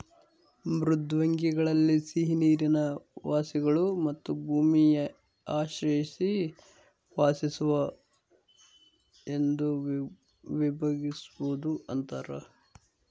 ಮೃದ್ವಂಗ್ವಿಗಳಲ್ಲಿ ಸಿಹಿನೀರಿನ ವಾಸಿಗಳು ಮತ್ತು ಭೂಮಿ ಆಶ್ರಯಿಸಿ ವಾಸಿಸುವ ಎಂದು ವಿಭಾಗಿಸ್ಬೋದು ಅಂತಾರ